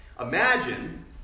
Imagine